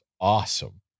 awesome